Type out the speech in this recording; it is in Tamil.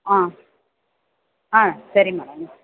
ஆ ஆ சரி மேடம்